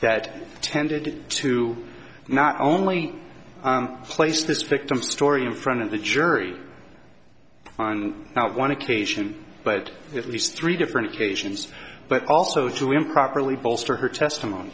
that tended to not only place this victim's story in front of the jury on one occasion but at least three different occasions but also to improperly bolster her testimony